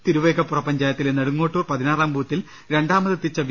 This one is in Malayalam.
തിരുവേഗപ്പുറ പഞ്ചായത്തിലെ നെട്ടുങ്ങോട്ടൂർ പതിനാറാം ബൂത്തിൽ രണ്ടാമതെത്തിച്ച വി